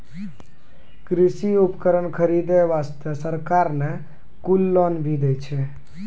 कृषि उपकरण खरीदै वास्तॅ सरकार न कुल लोन भी दै छै